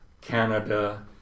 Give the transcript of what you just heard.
Canada